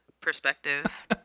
perspective